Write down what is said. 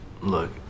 Look